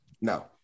No